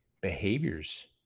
behaviors